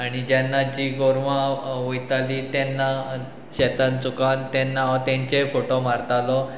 आनी जेन्ना जी गोरवां वयतालीं तेन्ना शेतान चुकान तेन्ना हांव तेंचेय फोटो मारतालो